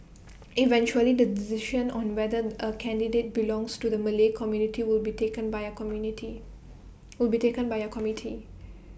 eventually the decision on whether A candidate belongs to the Malay community will be taken by A committee